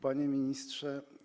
Panie Ministrze!